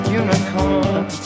unicorn